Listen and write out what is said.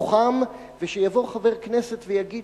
ושיבוא חבר כנסת ויגיד